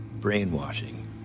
Brainwashing